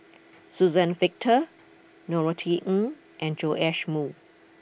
Suzann Victor Norothy Ng and Joash Moo